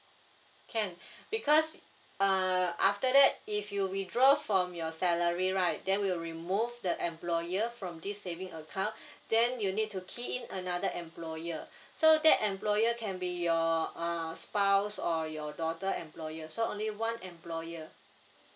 can because uh after that if you withdraw from your salary right then we'll remove the employer from this saving account then you need to key in another employer so that employer can be your uh spouse or your daughter employer so only one employer